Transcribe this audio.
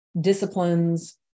disciplines